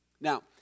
Now